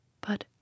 But